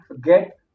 get